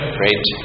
great